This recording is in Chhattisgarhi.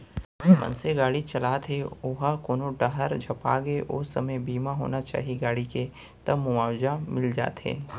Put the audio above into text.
मनसे गाड़ी चलात हे ओहा कोनो डाहर झपागे ओ समे बीमा होना चाही गाड़ी के तब मुवाजा मिल जाथे